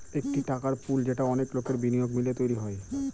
একটি টাকার পুল যেটা অনেক লোকের বিনিয়োগ মিলিয়ে তৈরী হয়